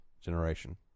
generation